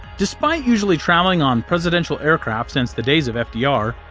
despite usually traveling on presidential aircraft, since the days of fdr,